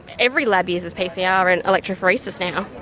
every lab uses pcr and electrophoresis now.